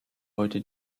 heute